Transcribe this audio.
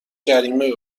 جریمه